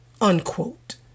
unquote